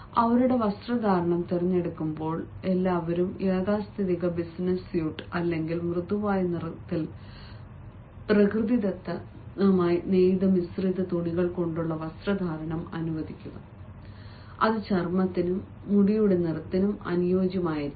അവരുടെ വസ്ത്രധാരണം തിരഞ്ഞെടുക്കുമ്പോൾ എല്ലാവർക്കും യാഥാസ്ഥിതിക ബിസിനസ്സ് സ്യൂട്ട് അല്ലെങ്കിൽ മൃദുവായ നിറത്തിൽ പ്രകൃതിദത്ത നെയ്ത മിശ്രിത തുണികൊണ്ടുള്ള വസ്ത്രധാരണം അനുവദിക്കുക അത് ചർമ്മത്തിനും മുടിയുടെ നിറത്തിനും യോജിച്ചതായിരിക്കും